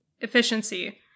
efficiency